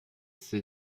the